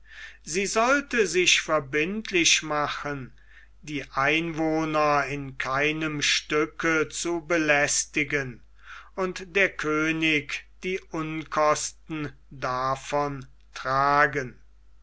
sie sollte sich verbindlich machen die einwohner in keinem stücke zu belästigen und der könig die unkosten davon tragen